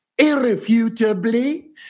irrefutably